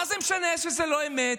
מה זה משנה שזה לא אמת?